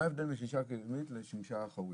מה ההבדל בין שמשה קדמית לשמשה אחורית?